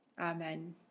amen